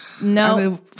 no